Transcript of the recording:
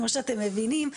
כמו שאתם מבינים,